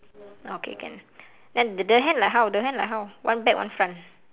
ah okay can then the the hand like how the hand like how one back one front